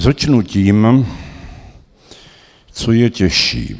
Začnu tím, co je těžší.